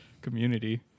community